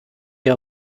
der